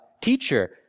teacher